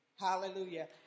Hallelujah